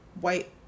white